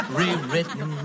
rewritten